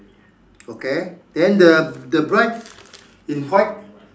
okay then the the bride in white